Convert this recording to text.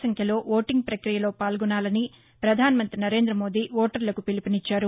సంఖ్యలో ఓటింగ్ పక్రియలో పాల్గొనాలని పధాన మంతి నరేంద మోదీ ఓటర్లకు పిలుపునిచ్చారు